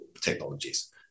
technologies